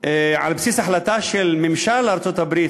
על בסיס החלטה של ממשל ארצות-הברית,